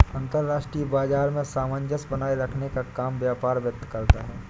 अंतर्राष्ट्रीय बाजार में सामंजस्य बनाये रखने का काम व्यापार वित्त करता है